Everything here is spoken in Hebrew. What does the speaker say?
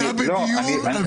אתה בדיון על